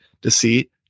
deceit